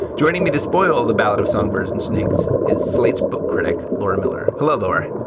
joining me to spoil the ballot of songbirds and snakes is slate's book critic, laura miller. hello, laura.